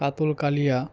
কাতল কালিয়া